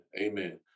Amen